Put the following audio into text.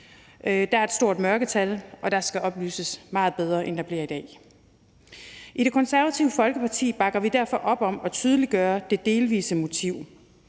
der er et stort mørketal, og der skal oplyses meget bedre, end der bliver i dag. I Det Konservative Folkeparti bakker vi derfor op om at tydeliggøre det delvise motiv.